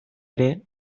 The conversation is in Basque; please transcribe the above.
ere